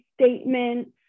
statements